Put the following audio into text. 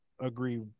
agree